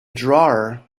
drawer